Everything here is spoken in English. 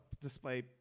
display